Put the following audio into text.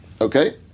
okay